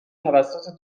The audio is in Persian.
توسط